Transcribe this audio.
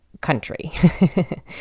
country